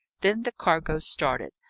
then the cargo started!